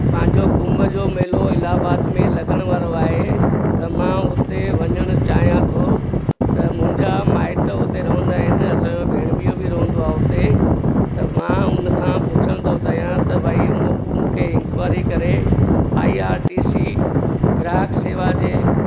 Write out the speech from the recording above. पंंहिंजो कुंभ जो मेलो इलाहाबाद में लॻण वारो आहे त मां उते वञण चाहियां थो त मुंहिंजा माइट उते रहंदा आहिनि असांजो भेणवियो बि रहंदो आहे उते त मां उनखां पुछण थो चाहियां त भई तूं मूंखे इंक्वाइरी करे आई आर टी सी ग्राहकु शेवा जे